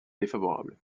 défavorable